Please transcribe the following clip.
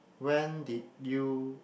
when did you